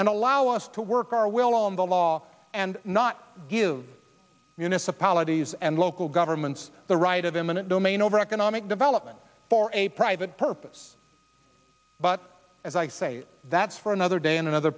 us to work our will on the law and not give us apologies and local governments the right of imminent domain over economic development for a private purpose but as i say that's for another day in another